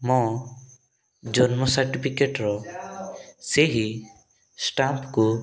ମୁଁ ଜନ୍ମ ସାର୍ଟିଫିକେଟର ସେହି ଷ୍ଟାମ୍ପକୁ